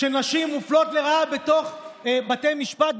שנשים מופלות לרעה בתוך בתי משפט,